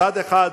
מצד אחד,